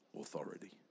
authority